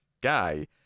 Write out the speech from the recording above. guy